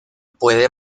puede